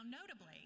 notably